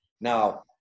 Now